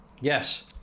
Yes